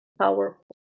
powerful